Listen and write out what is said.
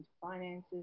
finances